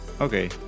Okay